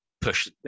push